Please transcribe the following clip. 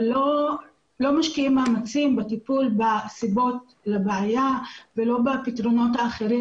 אבל לא משקיעים מאמצים בטיפול בסיבות לבעיה ולא בפתרונות האחרים